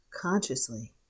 consciously